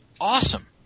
awesome